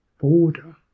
border